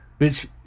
bitch